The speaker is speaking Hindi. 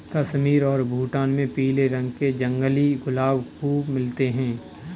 कश्मीर और भूटान में पीले रंग के जंगली गुलाब खूब मिलते हैं